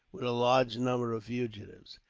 with a large number of fugitives.